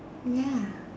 ya